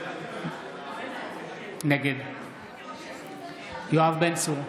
נגד יואב בן צור,